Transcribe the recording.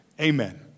Amen